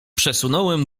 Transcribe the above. przesunąłem